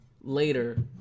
later